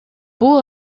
бул